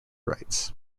rights